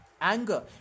Anger